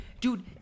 dude